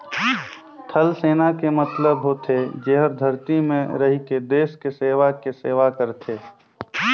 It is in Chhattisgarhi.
थलसेना के मतलब होथे जेहर धरती में रहिके देस के सेवा के सेवा करथे